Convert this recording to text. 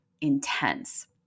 intense